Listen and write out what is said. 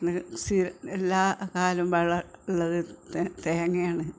പിന്നെ എല്ലാ കാലവും വിള ഉള്ളത് തേങ്ങയാണ്